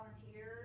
Volunteers